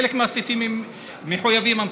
חלק מהסעיפים מחויבי המציאות,